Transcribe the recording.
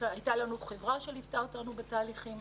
הייתה לנו חברה שליוותה אותנו בתהליכים.